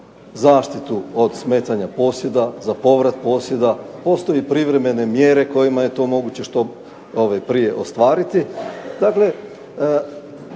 zaštitu od smetanja posjeda, za povrat posjeda. Postoje privremene mjere kojima je to moguće što prije ostvariti. Dakle,